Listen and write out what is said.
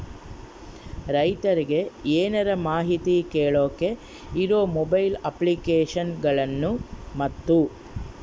ರೈತರಿಗೆ ಏನರ ಮಾಹಿತಿ ಕೇಳೋಕೆ ಇರೋ ಮೊಬೈಲ್ ಅಪ್ಲಿಕೇಶನ್ ಗಳನ್ನು ಮತ್ತು?